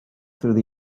through